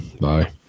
Bye